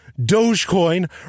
Dogecoin